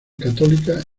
católicas